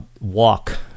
walk